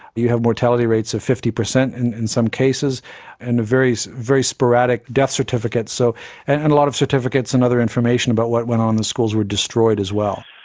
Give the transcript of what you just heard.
you have mortality rates of fifty percent and in some cases and very very sporadic death certificates, so and and a lot of certificates and other information about what went on in the schools were destroyed as well.